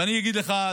ואני אגיד לך,